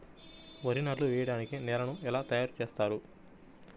వరి నాట్లు వేయటానికి నేలను ఎలా తయారు చేస్తారు?